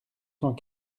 cent